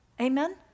Amen